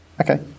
Okay